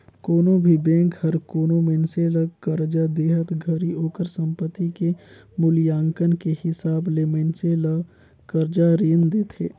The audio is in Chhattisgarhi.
कोनो भी बेंक हर कोनो मइनसे ल करजा देहत घरी ओकर संपति के मूल्यांकन के हिसाब ले मइनसे ल करजा रीन देथे